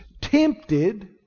Tempted